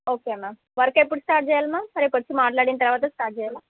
okay ma'am work ఎప్పుడు start చేయాలి ma'am రేపు వచ్చి మాట్లాడిన తర్వాత స్టాట్ చేయాలా